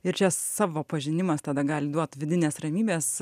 ir čia savo pažinimas tada gali duot vidinės ramybės